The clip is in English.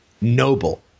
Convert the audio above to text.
noble